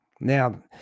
Now